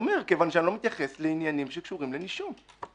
כיוון שאני לא מתייחס לעניינים שקשורים לנישום.